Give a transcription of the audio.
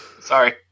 Sorry